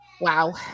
wow